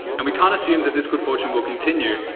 and we can't assume that this good fortune will continue,